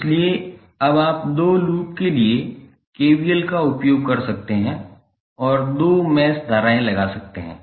इसलिए अब आप दो लूप के लिए KVL का उपयोग कर सकते हैं और दो मैश धाराएं लगा सकते हैं